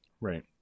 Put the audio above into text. Right